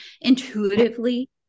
intuitively